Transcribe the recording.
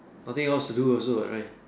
nothing else to do also right